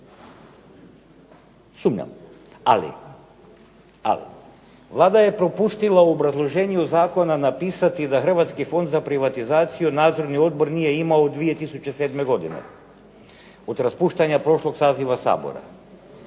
Sumnjam, ali Vlada je propustila u obrazloženju zakona napisati da Hrvatski fond za privatizaciju Nadzorni odbor nije imao od 2007. godine, od raspuštanja prošlog saziva Sabora.